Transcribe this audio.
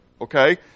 okay